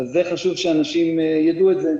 זה חשוב שאנשים יידעו את זה.